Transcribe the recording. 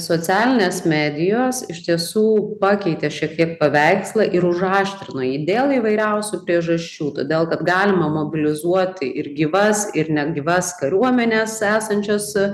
socialinės medijos iš tiesų pakeitė šiek tiek paveikslą ir užaštrino jį dėl įvairiausių priežasčių todėl kad galima mobilizuoti ir gyvas ir negyvas kariuomenes esančias